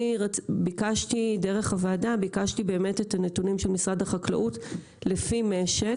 אני דרך הוועדה ביקשתי את הנתונים של משרד החקלאות לפי משק,